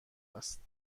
است